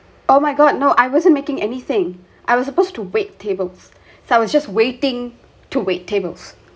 oh my god no I wasn't making anything I was supposed to wait tables so I was just waiting to wait tables